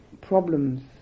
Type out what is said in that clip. problems